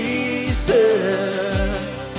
Jesus